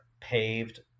paved